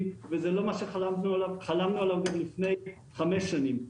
וזה לא מה שחלמנו עליו לפני חמש שנים.